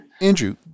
Andrew